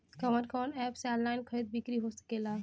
कवन कवन एप से ऑनलाइन खरीद बिक्री हो सकेला?